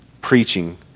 preaching